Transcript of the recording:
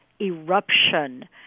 eruption